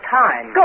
time